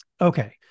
okay